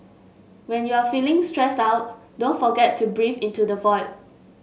when you are feeling stressed out don't forget to breathe into the void